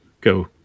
go